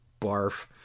Barf